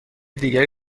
دیگری